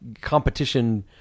competition